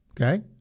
Okay